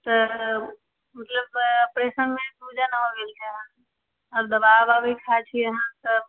तऽ ऑपरेशनमे सूजन होइ गेलै हँ अब दबाइ ओबाइ भी खाइ छियै हन तऽ